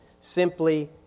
simply